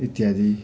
इत्यादि